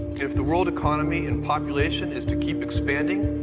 if the world economy and population is to keep expanding,